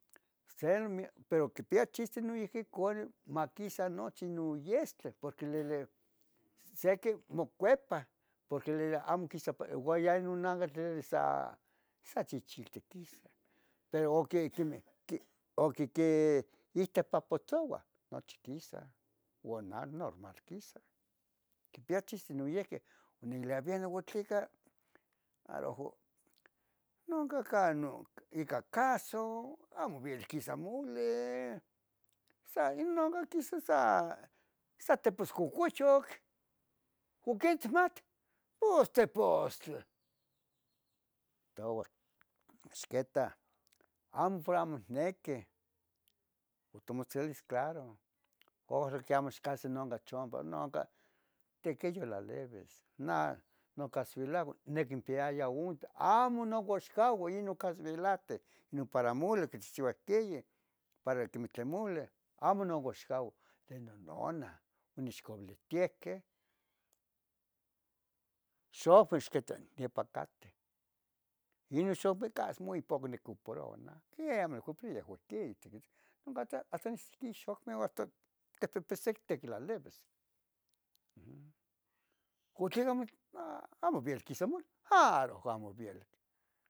cerot, pero quipai chiste noihqui cuali maquisa nochi non yestle, porque lele seque mocuepa porque lele amo quisa pa, uan yen non nagatl sa chichiltic quisa, pero o que quemeh oquiqui, quehtipapotzouah nochi quisa uan nan normal quisa quipaia chiste noyehqui. Uan niqueluia bieno ¿uan tleca a lojo nonca canon ica caso? amo vielic quisa mule, sa inon quisa sa, sa teposcocohyuc ¿o quetmat? pos tepustle. Ictoua ixquetah amo por amo nique, tomotzilis claro, ojal que amo ixcansi non gachon pero non can tiquiyoh tlalevis nah nocasvelahui niquimpiaya unta, amo nocaxcauan inon casvelahte inon para mule quchihchivayeh para quimih tlen mule amo noaxcauan de nononah, onechcovilihtiaqueh, xofis quita nepa cateh, inon cas simi poco nicoparoua nah quimah nicoparoua yehua ihquin tsiquitzin hasta nesi ihquin xocmeh o hasta tetehsectec tlaleves. m, con tlega amo, amo, amo vielic quisa mule aro amo vielic